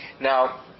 Now